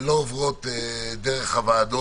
לא עוברים דרך הוועדות.